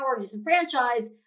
disenfranchised